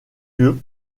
lieu